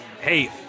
hey